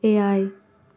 ᱮᱭᱟᱭ